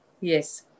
Yes